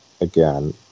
again